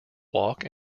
walk